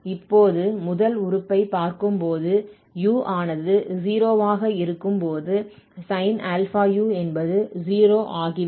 இப்போது முதல் உறுப்பைப் பார்க்கும்போது u ஆனது 0 ஆக இருக்கும்போது sin αu என்பது 0 ஆகிவிடும்